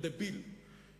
כל דביל,